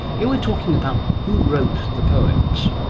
here we are talking about who wrote the poems.